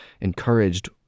encouraged